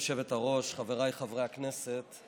גברתי היושבת-ראש, חבריי חברי הכנסת,